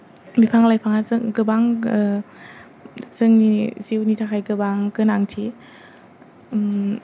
बिफां लाइफाङा जों गोबां जोंनि जिउनि थाखाय गोबां गोनांथि